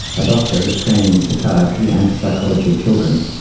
a doctor with training in psychiatry and the psychology of children,